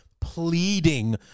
pleading